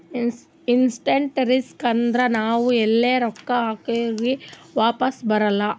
investment risk ಅಂದುರ್ ನಾವ್ ಎಲ್ರೆ ರೊಕ್ಕಾ ಹಾಕ್ದಾಗ್ ವಾಪಿಸ್ ಬರಲ್ಲ